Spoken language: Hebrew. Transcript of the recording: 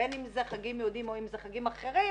בין אם אלה חגים יהודיים או חגים אחרים,